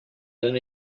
then